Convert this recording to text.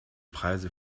preise